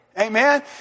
Amen